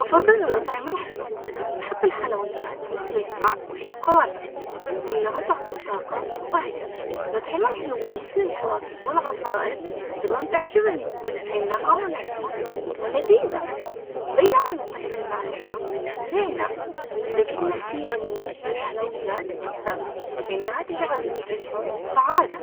أفضل الأطعمة الحلوة أحب الحلويات، مثل الكعك والشوكولاتة، لأنها تعطي طاقة وبهجة الاطعمة الحلوة مثل الفواكه والعصائر، أيضا تعجبني لأنها منعشة ولذيذة، بينما الاطعمة المالحة زينة، بس أكيد نفسي أميل.